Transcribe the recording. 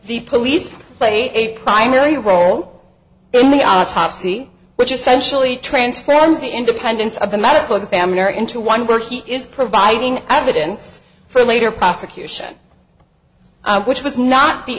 the police played a primary role in the autopsy which essentially transforms the independence of the medical examiner into one where he is providing evidence for later prosecution which was not the